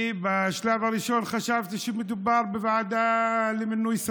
בשלב הראשון חשבתי שמדובר בוועדה למינוי שרים,